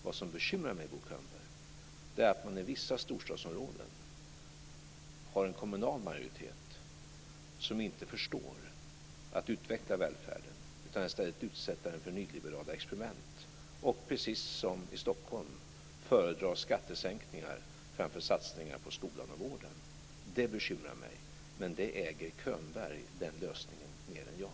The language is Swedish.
Vad som bekymrar mig, Bo Könberg, är att man i vissa storstadsområden har en kommunal majoritet som inte förstår att utveckla välfärden utan i stället utsätter den för nyliberala experiment och precis som i Stockholm föredrar skattesänkningar framför satsningar på skolan och vården. Det bekymrar mig, men den lösningen äger Könberg mer än jag.